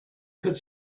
could